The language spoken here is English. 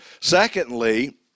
Secondly